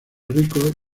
ricos